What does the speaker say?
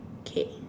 K